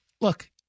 look